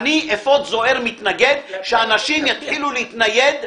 אני מודה לכם שדיברתם איתי על